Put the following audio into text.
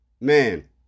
Man